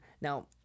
now